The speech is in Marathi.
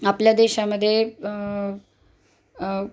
आपल्या देशामध्ये